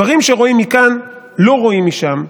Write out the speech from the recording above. דברים שרואים מכאן לא רואים משם.